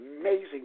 amazing